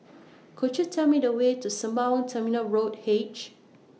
Could YOU Tell Me The Way to Sembawang Terminal Road H